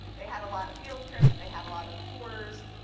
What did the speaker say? they had a lot of field trips. they had a lot of tours.